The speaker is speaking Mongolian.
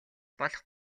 болох